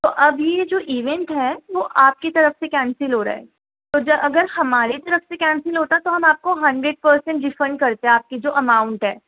تو ابھی یہ جو ایونٹ ہے وہ آپ کی طرف سے کینسل ہو رہا ہے تو جو اگر ہماری طرف سے کینسل ہوتا تو ہم آپ کو ہنڈریڈ پرسینٹ ریفنڈ کرتے آپ کی جو اماؤنٹ ہے